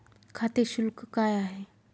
खाते शुल्क काय आहे?